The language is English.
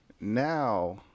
now